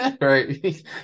Right